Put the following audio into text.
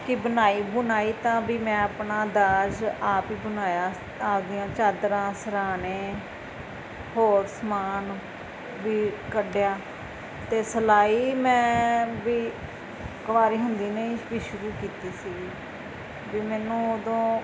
ਕਿ ਬਣਾਈ ਬੁਣਾਈ ਤਾਂ ਵੀ ਮੈਂ ਆਪਣਾ ਦਾਜ ਆਪ ਹੀ ਬਣਾਇਆ ਆਪਦੀਆਂ ਚਾਦਰਾਂ ਸਰ੍ਹਾਣੇ ਹੋਰ ਸਮਾਨ ਵੀ ਕੱਢਿਆ ਅਤੇ ਸਿਲਾਈ ਮੈਂ ਵੀ ਕੁਆਰੀ ਹੁੰਦੀ ਨੇ ਹੀ ਵੀ ਸ਼ੁਰੂ ਕੀਤੀ ਸੀ ਵੀ ਮੈਨੂੰ ਉਦੋਂ